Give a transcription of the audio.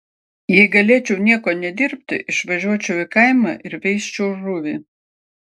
jei galėčiau nieko nedirbti išvažiuočiau į kaimą ir veisčiau žuvį